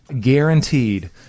guaranteed